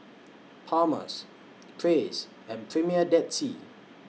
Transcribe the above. Palmer's Praise and Premier Dead Sea